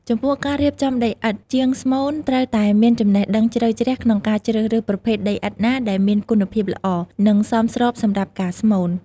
ចំពោះការរៀបចំដីឥដ្ឋ: ជាងស្មូនត្រូវតែមានចំណេះដឹងជ្រៅជ្រះក្នុងការជ្រើសរើស ប្រភេទដីឥដ្ឋណាដែលមានគុណភាពល្អ និងសមស្របសម្រាប់ការស្មូន។